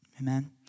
Amen